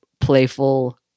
playful